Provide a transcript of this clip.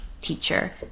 teacher